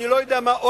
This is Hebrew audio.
אני לא יודע מה,